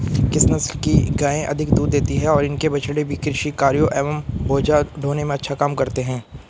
किस नस्ल की गायें अधिक दूध देती हैं और इनके बछड़े भी कृषि कार्यों एवं बोझा ढोने में अच्छा काम करते हैं?